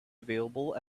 available